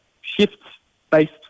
shifts-based